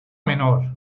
menor